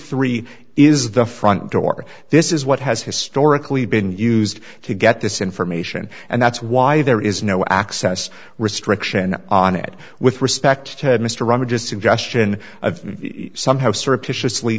three is the front door this is what has historically been used to get this information and that's why there is no access restriction on it with respect to mr ramage a suggestion of somehow surreptitiously